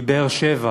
מבאר-שבע